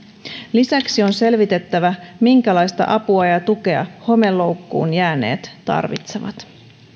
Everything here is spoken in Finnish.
lisäksi on selvitettävä minkälaista apua ja ja tukea homeloukkuun jääneet tarvitsevat